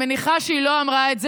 אני מניחה שהיא לא אמרה את זה,